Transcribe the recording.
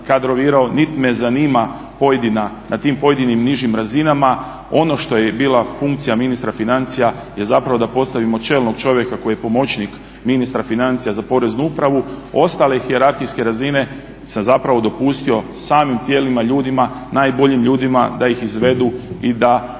nit me zanima pojedina, na tim pojedinim nižim razinama. Ono što je bila funkcija ministra financija je zapravo da postavimo čelnog čovjeka koji je pomoćnik ministra financija za poreznu upravu. Ostale hijerarhijske razine sam zapravo dopustio samim tijelima, ljudima, najboljim ljudima da ih izvedu i da rade